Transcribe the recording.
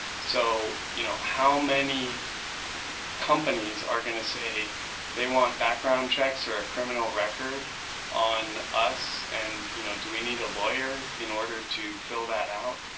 so you know how many companies are going to say they want background checks or ah criminal record on us. and you know do we need a lawyer in order to fill that out?